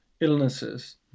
illnesses